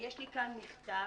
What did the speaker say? יש לי כאן מכתב